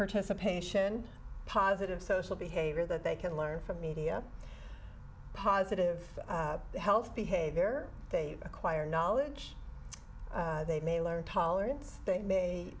participation positive social behavior that they can learn from media positive health behavior they acquire knowledge they may learn tolerance they may